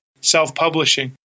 self-publishing